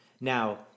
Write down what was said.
now